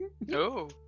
No